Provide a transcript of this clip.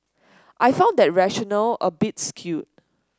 I found that rationale a bit skewed